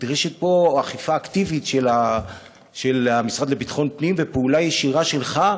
נדרשת פה אכיפה אקטיבית של המשרד לביטחון הפנים ופעולה ישירה שלך